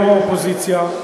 יו"ר האופוזיציה,